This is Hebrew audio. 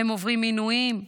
הם עוברים עינויים רפואיים,